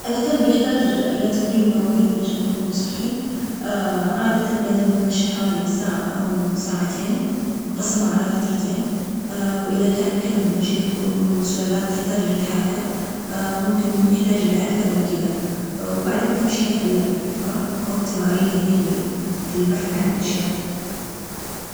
الكلب يحتاج إلى تمرين يومي عشان يكون صحي، عادة لازم يتمشى حوالي ساعة أو ساعتين مقسمة على فترتين، وإذا كان كلب نشيط ومن سلالات تحتاج للحركة ممكن يحتاج إلى أكثر من كده، وبعد التمشية اللعب بالكرة أو التمارين الذهنية مثل البحث عن الأشياء.